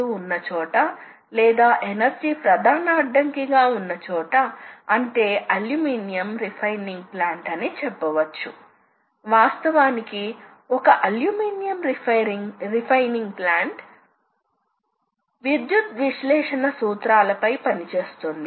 002mmకి సమానం కాబట్టి ఇది ప్రాథమిక పొడవు యూనిట్ ఇది స్థానభ్రంశం యొక్క అతి చిన్న యూనిట్ ఇది యంత్రం తెలుసుకోగల అతి చిన్న స్థానభ్రంశం ఎందుకంటే ఇది ఎన్కోడర్ యొక్క ఒక పల్స్ అవుతుంది